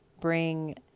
bring